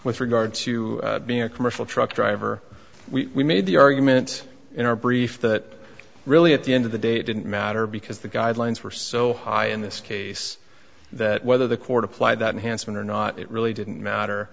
with regard to being a commercial truck driver we made the argument in our brief that really at the end of the day it didn't matter because the guidelines were so high in this case that whether the court applied that hansen or not it really didn't matter